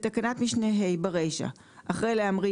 "בתקנת משנה (ה) - ברישה - אחרי "להמריא"